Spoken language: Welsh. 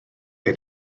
ein